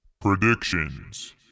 Predictions